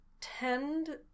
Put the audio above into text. tend